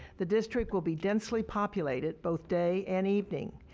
the district will be densely populated both day and evening.